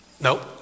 Nope